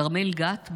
כרמל גת,